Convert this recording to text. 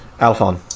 Alphon